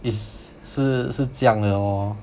is 是是这样的 lor